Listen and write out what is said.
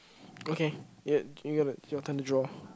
okay you you got to your turn to draw